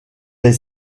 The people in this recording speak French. les